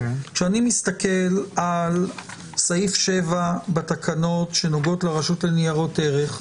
כשאני מסתכל על סעיף 7 בתקנות שנוגעות לרשות לניירות ערך,